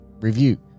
review